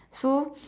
so